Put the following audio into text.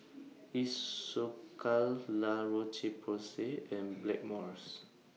Isocal La Roche Porsay and Blackmores